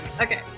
Okay